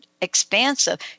expansive